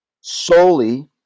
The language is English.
solely